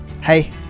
Hey